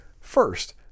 first